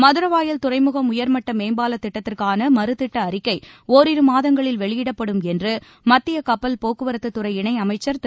மதரவாயல் துறைமுகம் உயர்மட்ட மேம்பாலத் திட்டத்திற்காள மறுதிட்ட அறிக்கை ஒரிரு மாதங்களில் வெளியிடப்படும் என்று மத்திய கப்பல் போக்குவரத்துத்துறை இணையமைச்சர் திரு